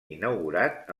inaugurat